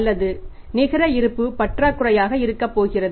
அல்லது நிகர இருப்பு பற்றாக்குறையாக இருக்கப் போகிறது